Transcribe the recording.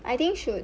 I think should